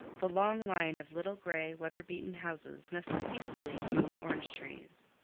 the long line of little gray, weather-beaten houses nestled peacefully among the orange trees.